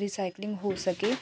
recycling ਹੋ ਸਕੇ